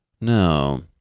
No